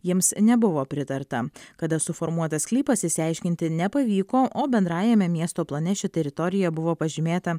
jiems nebuvo pritarta kada suformuotas sklypas išsiaiškinti nepavyko o bendrajame miesto plane ši teritorija buvo pažymėta